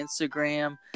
Instagram